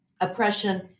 oppression